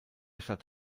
stadt